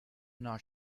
not